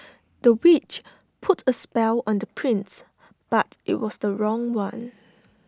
the witch put A spell on the prince but IT was the wrong one